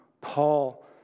Paul